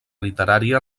literària